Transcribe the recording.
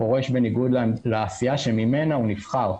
פורש בניגוד לעשייה שבשבילה הוא נבחר.